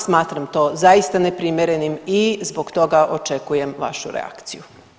Smatram to zaista neprimjerenim i zbog toga očekujem vašu reakciju.